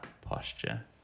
posture